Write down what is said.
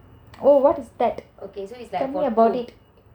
oh what is that tell me about it